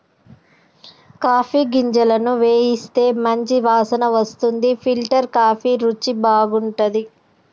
coffee గింజలను వేయిస్తే మంచి వాసన వస్తుంది ఫిల్టర్ కాఫీ రుచి బాగుంటది